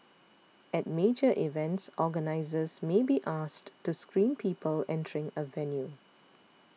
at major events organisers may be asked to screen people entering a venue